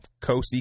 coasty